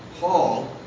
Paul